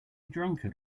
drunkard